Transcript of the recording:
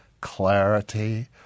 clarity